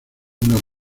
una